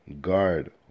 guard